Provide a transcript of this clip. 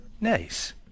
Nice